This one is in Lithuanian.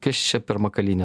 kas čia per makalynė